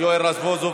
יואל רזבוזוב,